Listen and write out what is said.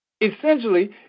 Essentially